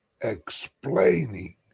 explaining